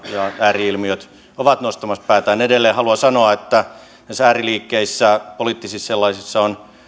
ääri ilmiöt ovat nostamassa päätään edelleen haluan sanoa että näissä ääriliikkeissä poliittisissa sellaisissa on